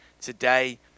today